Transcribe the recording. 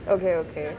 okay okay